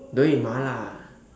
don't eat Mala